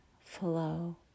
flow